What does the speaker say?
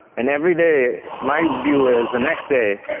and everyday my view is the next day,